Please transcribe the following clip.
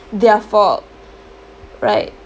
their fault right